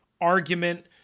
argument